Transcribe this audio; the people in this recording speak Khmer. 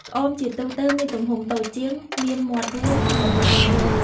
ក្អម ជាទូទៅមានទំហំតូចជាង មានមាត់រួម និងបាតមូល។